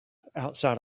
outside